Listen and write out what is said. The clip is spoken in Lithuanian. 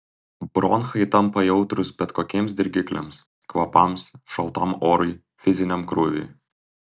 bronchai tampa jautrūs bet kokiems dirgikliams kvapams šaltam orui fiziniam krūviui